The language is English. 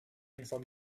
inform